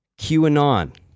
QAnon